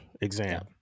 Exam